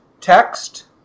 text